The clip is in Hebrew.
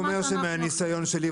אני רק אומר שמהניסיון שלי,